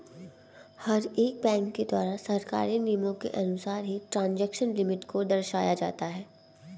हर एक बैंक के द्वारा सरकारी नियमों के अनुसार ही ट्रांजेक्शन लिमिट को दर्शाया जाता है